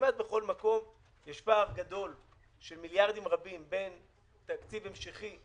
כמעט בכל מקום יש פער גדול של מיליארדים רבים בין תקציב המשכי,